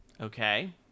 Okay